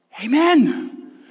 Amen